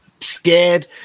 scared